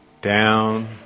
down